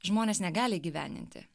žmonės negali įgyvendinti